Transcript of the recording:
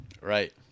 Right